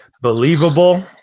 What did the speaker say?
believable